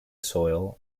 soil